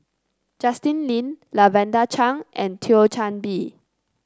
Justin Lean Lavender Chang and Thio Chan Bee